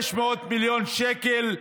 600 מיליון שקל,